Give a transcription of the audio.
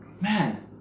man